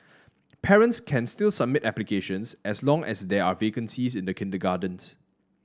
parents can still submit applications as long as there are vacancies in the kindergartens